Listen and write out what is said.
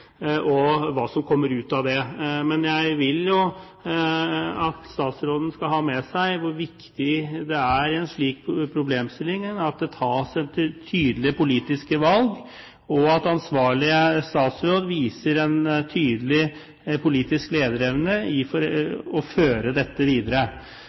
og hva som kommer ut av det. Men jeg vil at statsråden skal ha med seg hvor viktig det er i forhold til en slik problemstilling at det tas tydelige politiske valg, og at ansvarlig statsråd viser en tydelig politisk lederevne når det gjelder å føre dette videre.